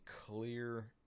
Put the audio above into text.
clear –